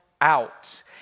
out